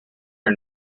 are